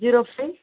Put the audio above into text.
zero five